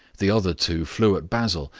the other two flew at basil,